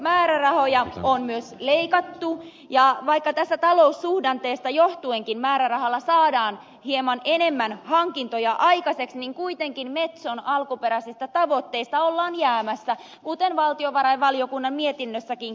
metso määrärahoja on myös leikattu ja vaikka tästä taloussuhdanteesta johtuenkin määrärahalla saadaan hieman enemmän hankintoja aikaiseksi niin kuitenkin metson alkuperäisistä tavoitteista ollaan jäämässä kuten valtiovarainvaliokunnan mietinnöstäkin käy ilmi